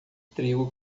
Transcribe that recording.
trigo